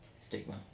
stigma